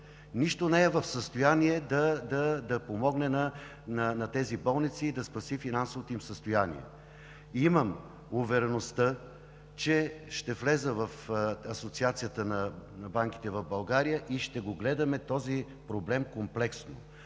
нищо не е в състояние да помогне на тези болници и да спаси финансовото им състояние. Имам увереността, че ще вляза в Асоциацията на банките в България и ще го гледаме този проблем комплексно.